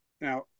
now